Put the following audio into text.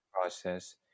process